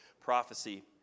prophecy